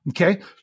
Okay